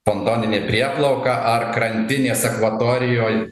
pontoninė prieplauka ar krantinės akvatorijoj